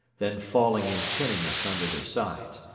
then falling and pinning us under their sides,